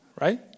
Right